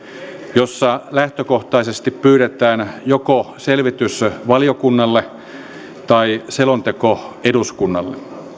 jossa lähtökohtaisesti pyydetään joko selvitys valiokunnalle tai selonteko eduskunnalle